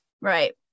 Right